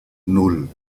nan